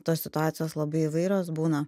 tos situacijos labai įvairios būna